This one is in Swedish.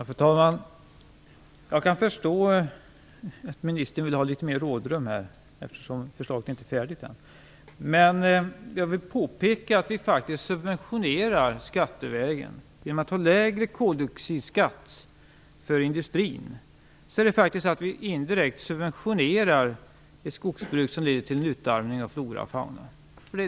Fru talman! Jag kan förstå att ministern vill ha litet rådrum, eftersom förslaget inte är färdigt än. Men jag vill påpeka att vi faktiskt subventionerar industrin skattevägen genom lägre koldioxidskatt. Vi subventionerar indirekt skogsbruket, som leder till utarmningen av flora och fauna.